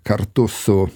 kartu su